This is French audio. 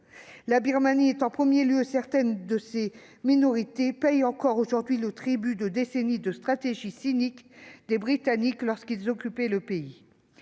La Birmanie, et en premier lieu certaines de ses minorités, paie encore aujourd'hui le tribut de décennies de stratégie cynique des Britanniques, lorsque ceux-ci occupaient le pays.